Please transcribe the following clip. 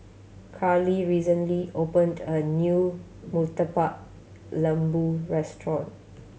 Karly recently opened a new Murtabak Lembu restaurant